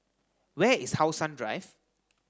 where is How Sun Drive